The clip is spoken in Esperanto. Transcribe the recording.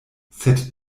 sed